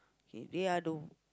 k they are to